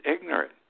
ignorant